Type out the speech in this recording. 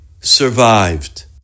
survived